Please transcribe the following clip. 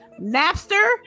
Napster